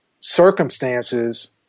circumstances